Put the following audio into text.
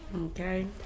Okay